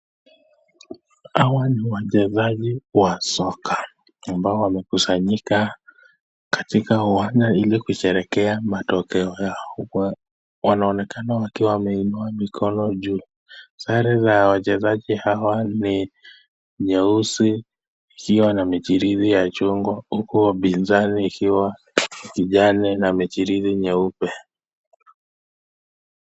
Hawa ni wachezaji wa soka ambao wamekusanyika katika uwanja ili kusherekea matokeo yao , wanaonekana wakiwa wameinua mikono juu , sare za wachezaji hawa ni nyeusi ikiwa na michirizi ya chungwa huku wapinzani ikiwa kijani na michirizi nyeupe.